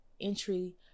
entry